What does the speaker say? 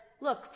Look